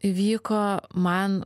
įvyko man